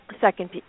second